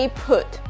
put